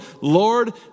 Lord